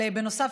בנוסף,